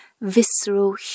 visceral